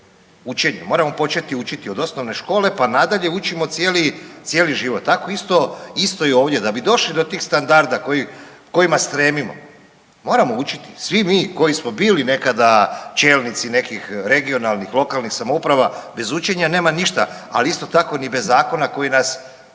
Učenjem. Moramo početi učiti od osnovne škole pa nadalje, učimo cijeli život. Tako isto i ovdje, da bi došli do tih standarda kojima stremimo, moramo učiti. Svi mi koji smo bili nekada čelnici nekih regionalnih, lokalnih samouprava, bez učenja nema ništa, ali isto tako ni bez zakona koji nas tjeraju